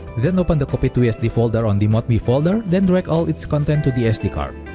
then open the copy to sd folder on the modmii folder then drag all its content to the sd card.